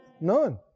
None